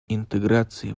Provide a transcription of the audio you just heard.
интеграции